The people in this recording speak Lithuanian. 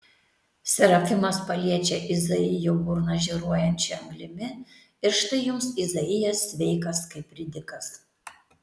serafimas paliečia izaijo burną žėruojančia anglimi ir štai jums izaijas sveikas kaip ridikas